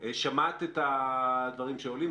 שמעת את הדברים שעולים.